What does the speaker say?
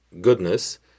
goodness